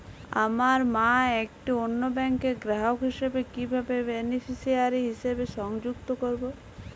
আমার মা একটি অন্য ব্যাংকের গ্রাহক হিসেবে কীভাবে বেনিফিসিয়ারি হিসেবে সংযুক্ত করব?